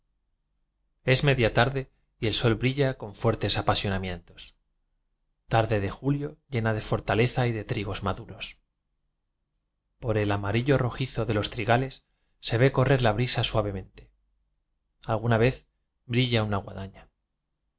s media farde y el sol brilla con fuertes apasionamientos tarde de julio llena de fortaleza y de trigos maduros por el amarillo rojizo de los trigales se ve correr la brisa suavemente alguna vez brilla una guadaña